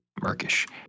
Murkish